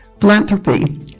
Philanthropy